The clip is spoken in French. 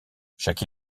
chaque